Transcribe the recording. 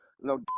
no